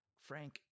Frank